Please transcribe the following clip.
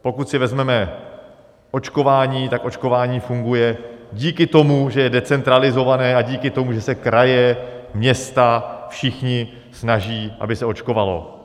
Pokud si vezmeme očkování, tak očkování funguje díky tomu, že je decentralizované, a díky tomu, že se kraje, města, všichni snaží, aby se očkovalo.